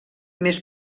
més